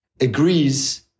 agrees